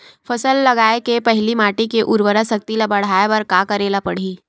फसल लगाय के पहिली माटी के उरवरा शक्ति ल बढ़ाय बर का करेला पढ़ही?